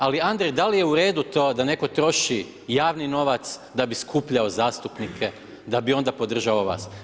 Ali Andrej da li je u redu to da netko troši javni novac da bi skupljao zastupnike, da bi onda podržavao vas?